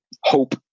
hope